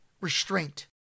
restraint